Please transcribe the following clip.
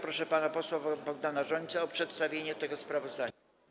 Proszę pana posła Bogdana Rzońcę o przedstawienie tego sprawozdania.